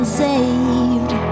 saved